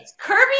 Kirby